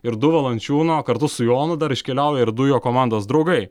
ir du valančiūno kartu su jonu dar iškeliauja ir du jo komandos draugai